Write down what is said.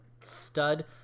stud